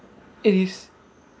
and it's